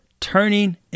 turning